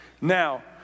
Now